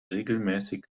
regelmäßig